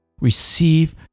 receive